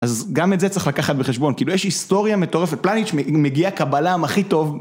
אז גם את זה צריך לקחת בחשבון, כאילו יש היסטוריה מטורפת, פלניץ' מגיע כבלם הכי טוב.